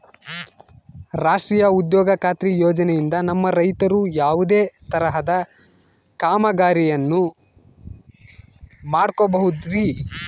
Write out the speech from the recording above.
ರಾಷ್ಟ್ರೇಯ ಉದ್ಯೋಗ ಖಾತ್ರಿ ಯೋಜನೆಯಿಂದ ನಮ್ಮ ರೈತರು ಯಾವುದೇ ತರಹದ ಕಾಮಗಾರಿಯನ್ನು ಮಾಡ್ಕೋಬಹುದ್ರಿ?